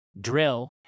drill